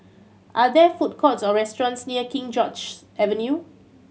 are there food courts or restaurants near King George's Avenue